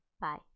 Bye